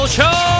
Show